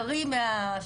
טרי מהשטח.